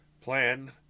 plan